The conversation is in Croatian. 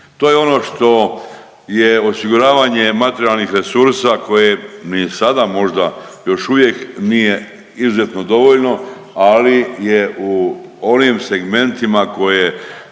To je ono što je osiguravanje materijalnih resursa koje ni sada možda još uvijek nije izuzetno dovoljno, ali je u onim segmentima koje